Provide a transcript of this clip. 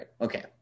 Okay